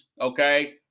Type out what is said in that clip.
okay